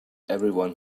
everyone